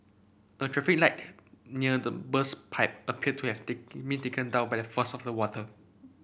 a traffic light near the burst pipe appeared to have thick me taken down by the force of the water